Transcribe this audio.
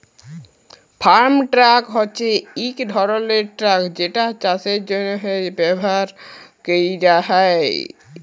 farm truck হছে ইক ধরলের ট্রাক যেটা চাষের জ্যনহে ব্যাভার ক্যরা হ্যয়